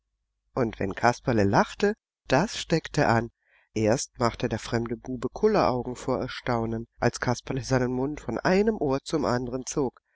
und wenn kasperle lachte das steckte an erst machte der fremde bube kulleraugen vor erstaunen als kasperle seinen mund von einem ohr zum andern zog